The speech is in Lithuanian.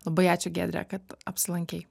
labai ačiū giedre kad apsilankei